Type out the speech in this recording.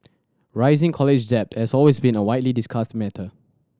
rising college debt as always been a widely discussed matter